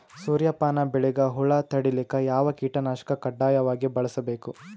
ಸೂರ್ಯಪಾನ ಬೆಳಿಗ ಹುಳ ತಡಿಲಿಕ ಯಾವ ಕೀಟನಾಶಕ ಕಡ್ಡಾಯವಾಗಿ ಬಳಸಬೇಕು?